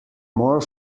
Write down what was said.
more